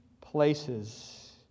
places